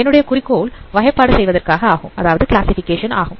என்னுடைய குறிக்கோள் வகைப்பாடு செய்வதற்காக ஆகும்